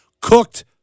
Cooked